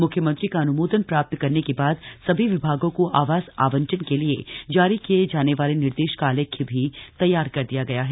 मुख्यमंत्री का अन्मोदन प्राप्त करने के बाद सभी विभागों को आवास आवंटन के लिए जारी किए जाने वाले निर्देश का आलेख्य भी तद्यार कर दिया गया है